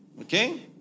Okay